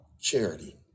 charity